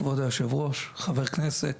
כבוד היו"ר חברי כנסת,